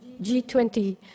G20